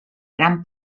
gran